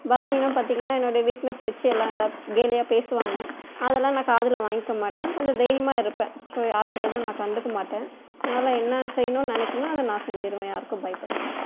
பலவீனம்ன் பார்த்திங்கனா என்னோட வீக்னஸ் வெச்சு எல்லாம் எதாவது கேலியாக பேசுவாங்க அதெலாம் நான் காதில் வாங்கிக்க மாட்டேன் கொஞ்சம் தைரியமாக இருப்பேன் ஸோ யார் சொல்வதும் நான் கண்டுக்க மாட்டேன் அதனால் என்ன செய்யணுன் நினைக்கினோ அதை நான் செஞ்சுருவேன் யாருக்கும் பயப்பட மாட்டேன்